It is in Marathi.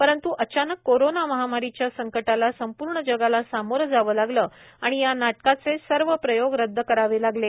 परंत् अचानक कोरोना महामारीच्या संकटाला संपूर्ण जगाला सामोरे जावे लागले आणि या नाटकाचे सर्व प्रयोग रद्द करावे लागले